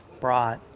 brought